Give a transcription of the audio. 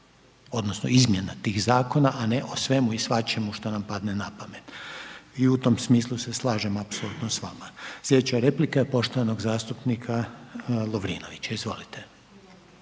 odnosno izmjena tih zakona, a ne o svemu i svačemu što nam padne na pamet i u tom smislu se slažem apsolutno s vama. Sljedeća replika je poštovanog zastupnika Lovrinovića, izvolite.